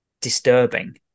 disturbing